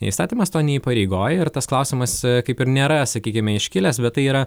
įstatymas to neįpareigoja ir tas klausimas kaip ir nėra sakykime iškilęs bet tai yra